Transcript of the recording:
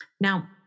Now